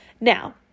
Now